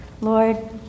Lord